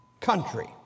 country